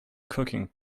cooking